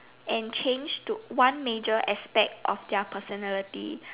and change to one major aspect of their personality